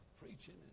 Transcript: preaching